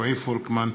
רועי פולקמן,